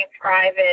private